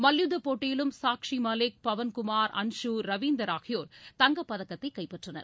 மல்யுத்தப் போட்டியிலும் சாக்ஸி மாலிக் பவன்குமார் அன்சு ரவீந்தர் ஆகியோர் தங்கப்பதக்கத்தை கைப்பற்றினர்